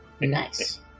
Nice